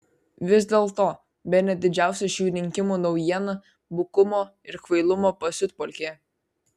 vis dėlto bene didžiausia šių rinkimų naujiena bukumo ir kvailumo pasiutpolkė